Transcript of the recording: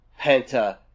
Penta